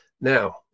Now